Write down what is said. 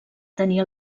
tenir